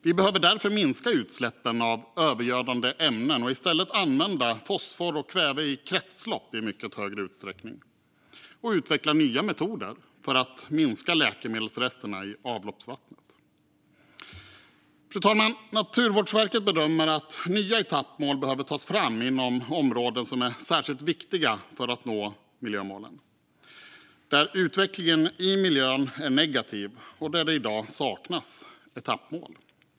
Vi behöver därför minska utsläppen av övergödande ämnen och i högre utsträckning i stället använda fosfor och kväve i kretslopp. Nya metoder måste utvecklas för att minska läkemedelsresterna i avloppsvattnet. Fru talman! Naturvårdsverket bedömer att nya etappmål behöver tas fram inom områden som är särskilt viktiga för att nå miljömålen där utvecklingen i miljön är negativ och där det i dag saknas etappmål.